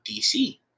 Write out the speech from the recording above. DC